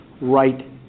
right